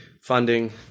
funding